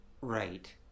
Right